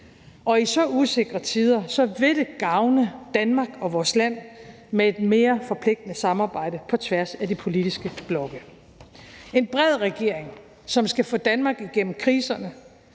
og i så usikre tider vil det gavne Danmark og vores land med et mere forpligtende samarbejde på tværs af de politiske blokke: en bred regering, som skal få Danmark igennem kriserne